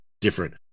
different